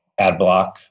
Adblock